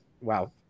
Wow